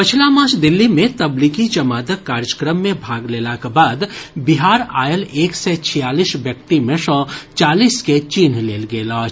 पछिला मास दिल्ली मे तबलीगी जमातक कार्यक्रम मे भाग लेलाक बाद बिहार आयल एक सय छियालीस व्यक्ति मे सॅ चालीस के चिन्हि लेल गेल अछि